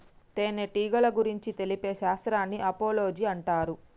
తేనెటీగల గురించి తెలిపే శాస్త్రాన్ని ఆపిలోజి అంటారు